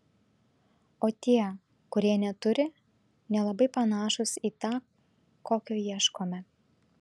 o tie kurie neturi nelabai panašūs į tą kokio ieškome